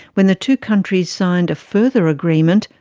when the two countries signed a further agreement,